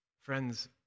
Friends